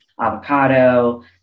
avocado